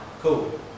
cool